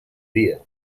dia